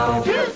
Two